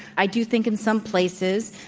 i do think, in some places,